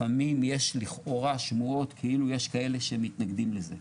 לפעמים יש לכאורה שמועות כאילו יש כאלה שמתנגדים לזה,